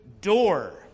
door